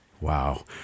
Wow